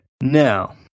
Now